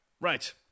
Right